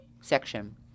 section